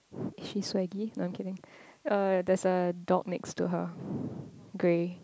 she's swaggy no I'm kidding uh there's a dog next to her grey